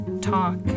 talk